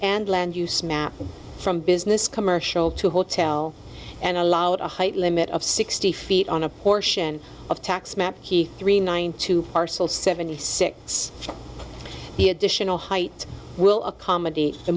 and land use map from business commercial to hotel and allowed a height limit of sixty feet on a portion of tax map he three nine to parcel seventy six the additional height will accommodate the